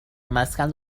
مسکن